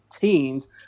teens